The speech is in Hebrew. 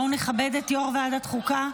בואו נכבד את יו"ר ועדת החוקה.